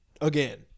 again